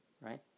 Right